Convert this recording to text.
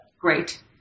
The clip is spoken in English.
Great